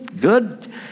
good